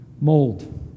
Mold